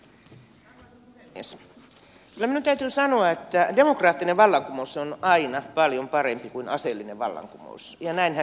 kyllä minun täytyy sanoa että demokraattinen vallankumous on aina paljon parempi kuin aseellinen vallankumous ja näinhän kreikassa kävi